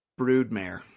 Broodmare